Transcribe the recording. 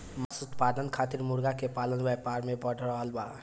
मांस उत्पादन खातिर मुर्गा पालन के व्यापार बढ़ रहल बा